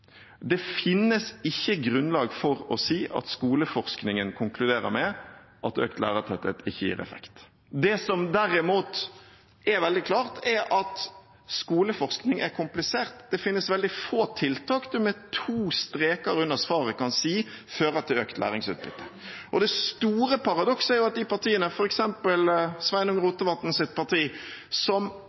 at skoleforskningen konkluderer med at økt lærertetthet ikke gir effekt. Det som derimot er veldig klart, er at skoleforskning er komplisert. Det finnes veldig få tiltak en med to streker under svaret kan si fører til økt læringsutbytte. Og det store paradokset er jo at de partiene – f.eks. Sveinung Rotevatns parti – som